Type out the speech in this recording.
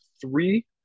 three